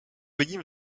vidím